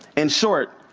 in short,